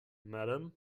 madam